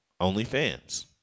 OnlyFans